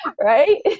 right